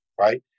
right